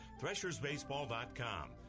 threshersbaseball.com